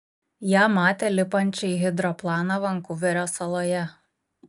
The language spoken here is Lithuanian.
ją matė lipančią į hidroplaną vankuverio saloje